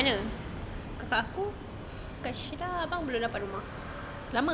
mana kakak aku kakak shida abang belum dapat rumah